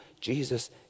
Jesus